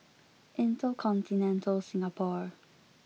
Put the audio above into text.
InterContinental Singapore